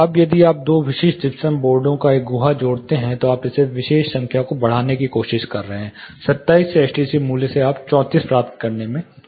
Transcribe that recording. अब यदि आप दो विशिष्ट जिप्सम बोर्डों में एक गुहा जोड़ते हैं तो आप इस विशेष संख्या को बढ़ाने की कोशिश कर रहे हैं 27 से एसटीसी मूल्य से आप 34 प्राप्त करने में सक्षम हैं